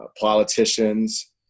politicians